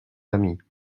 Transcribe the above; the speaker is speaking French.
amis